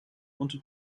und